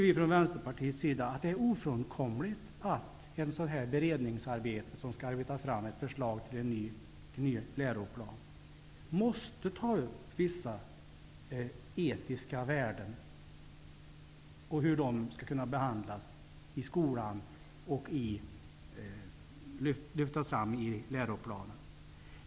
Vi i Vänsterpartiet tycker att det är ofrånkomligt att i ett beredningsarbete som syftar till att få fram en ny läroplan ta upp vissa etiska värden och hur de skall kunna behandlas i skolan och lyftas fram i läroplanen.